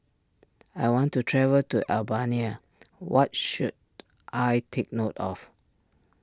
I want to travel to Albania what should I take note of